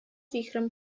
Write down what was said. wichrem